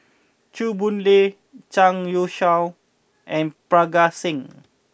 Chew Boon Lay Zhang Youshuo and Parga Singh